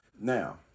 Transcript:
now